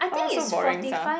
all so boring sia